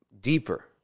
deeper